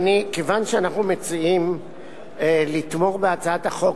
כיוון שאנחנו מציעים לתמוך בהצעת החוק,